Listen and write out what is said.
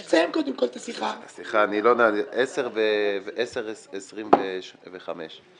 אין שום קשר להצעת החוק הזו לבין ועדת הכנסת.